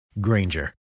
Granger